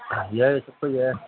ꯌꯥꯏ ꯆꯠꯄ ꯌꯥꯏ